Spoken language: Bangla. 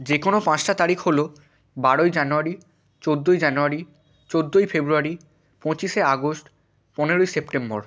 যে কোনও পাঁচটা তারিখ হলো বারোই জানুয়ারি চোদ্দোই জানুয়ারি চোদ্দোই ফেব্রুয়ারি পঁচিশে আগস্ট পনেরোই সেপ্টেম্বর